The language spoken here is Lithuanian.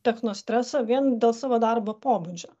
techno stresą vien dėl savo darbo pobūdžio